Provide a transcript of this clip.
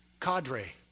cadre